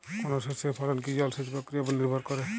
কোনো শস্যের ফলন কি জলসেচ প্রক্রিয়ার ওপর নির্ভর করে?